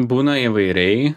būna įvairiai